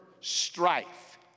strife